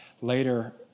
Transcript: Later